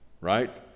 Right